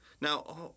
Now